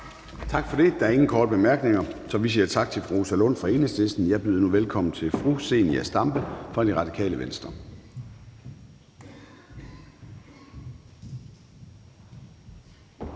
Gade): Der er ingen korte bemærkninger, så vi siger tak til fru Rosa Lund fra Enhedslisten. Jeg byder nu velkommen til fru Zenia Stampe fra Radikale Venstre.